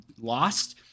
lost